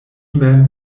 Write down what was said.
mem